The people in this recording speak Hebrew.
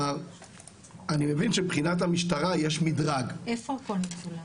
אני מבין שמבחינת המשטרה יש מדרג --- איפה הכל מצולם?